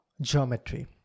geometry